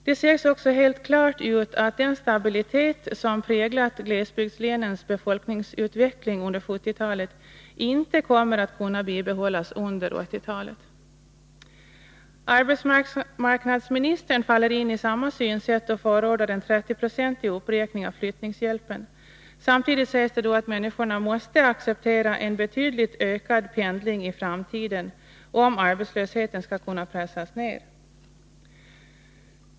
Det sägs också helt klart ut att den stabilitet som präglat glesbygdslänens befolkningsutveckling under 1970-talet inte kommer att kunna bibehållas under 1980-talet. Arbetsmarknadsministern faller in i samma synsätt och förordar en 30-procentig uppräkning av flyttningshjälpen. Samtidigt sägs att människorna måste acceptera en betydligt ökad pendling i framtiden, om arbetslösheten skall kunna pressas ned.